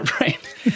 right